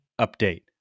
update